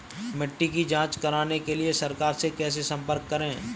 मिट्टी की जांच कराने के लिए सरकार से कैसे संपर्क करें?